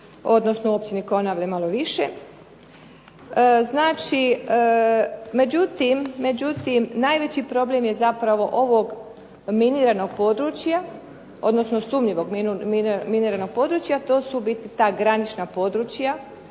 odnosno u općini Konavle malo više. Međutim, najveći problem je zapravo ovog miniranog područja odnosno sumnjivog miniranog područja, to su u biti ta granična područja